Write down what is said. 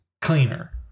cleaner